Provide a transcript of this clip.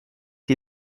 die